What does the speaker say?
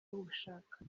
ubishaka